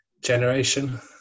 generation